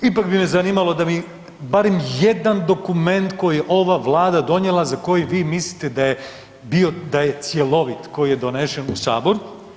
Ipak bi me zanimalo da mi barem jedan dokument koji je ova Vlada donijela za koji vi mislite da je bio, da je cjelovit, koji je donesen u Sabor.